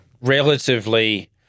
relatively